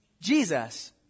jesus